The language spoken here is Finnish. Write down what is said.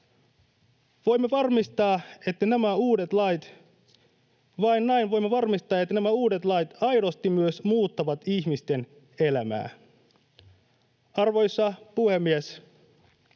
voimme varmistaa, että nämä uudet lait aidosti myös muuttavat ihmisten elämää. Arvoisa puhemies!